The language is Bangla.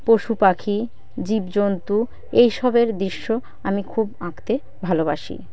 পশুপাখি জীবজন্তু এইসবের দৃশ্য আমি খুব আঁকতে ভালোবাসি